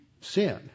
sin